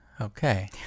Okay